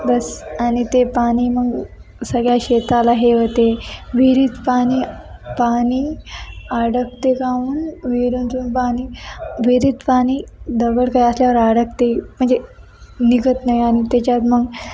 बस आणि ते पाणी मग सगळ्या शेताला हे होते विहिरीत पाणी पाणी अडकते काहून विहिरीतून पाणी विहिरीत पाणी दवड काही असल्यावर अडकते म्हणजे निघत नाही आणि त्याच्यात मग